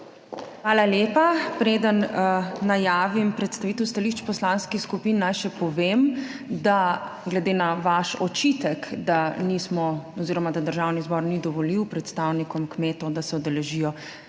Hvala lepa. Preden najavim predstavitev stališč poslanskih skupin, naj še povem glede na vaš očitek, da Državni zbor ni dovolil predstavnikom kmetov, da se udeležijo